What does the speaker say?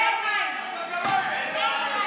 עכשיו גם מים אין.